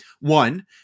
One